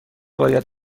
باید